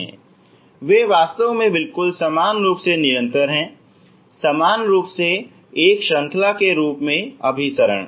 वे वास्तव में बिल्कुल समान रूप से निरंतर हैं समान रूप से एक श्रृंखला के रूप में अभिसरण